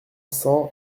cent